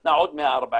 שנתנה עוד 140,